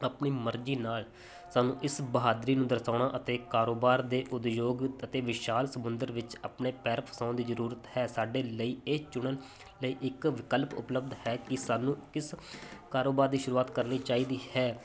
ਆਪਣੀ ਮਰਜ਼ੀ ਨਾਲ ਸਾਨੂੰ ਇਸ ਬਹਾਦਰੀ ਨੂੰ ਦਰਸਾਉਣਾ ਅਤੇ ਕਾਰੋਬਾਰ ਦੇ ਉਦਯੋਗ ਅਤੇ ਵਿਸ਼ਾਲ ਸਮੁੰਦਰ ਵਿੱਚ ਆਪਣੇ ਪੈਰ ਫਸਾਉਣ ਦੀ ਜ਼ਰੂਰਤ ਹੈ ਸਾਡੇ ਲਈ ਇਹ ਚੁਣਨ ਲਈ ਇੱਕ ਵਿਕਲਪ ਉਪਲਬਧ ਹੈ ਕਿ ਸਾਨੂੰ ਕਿਸ ਕਾਰੋਬਾਰ ਦੀ ਸ਼ੁਰੂਆਤ ਕਰਨੀ ਚਾਹੀਦੀ ਹੈ